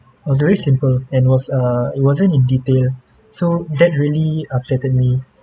was very simple and was err it wasn't in detail so that really upset me